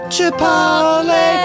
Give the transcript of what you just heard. Chipotle